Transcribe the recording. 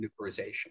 nuclearization